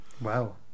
Wow